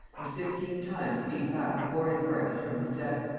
and fifteen times beat back the boarding parties from his deck.